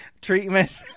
treatment